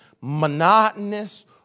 monotonous